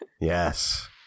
Yes